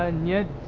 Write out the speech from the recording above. and yet,